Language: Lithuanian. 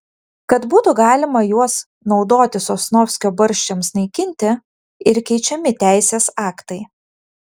kad būtų galima juos naudoti sosnovskio barščiams naikinti ir keičiami teisės aktai